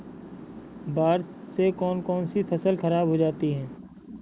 बाढ़ से कौन कौन सी फसल खराब हो जाती है?